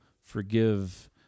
forgive